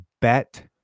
bet